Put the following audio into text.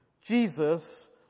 Jesus